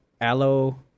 aloe